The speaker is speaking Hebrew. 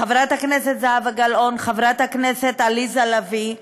חברת הכנסת זהבה גלאון, חברת הכנסת עליזה לביא.